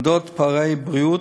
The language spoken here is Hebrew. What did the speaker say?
על פערי בריאות,